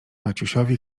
maciusiowi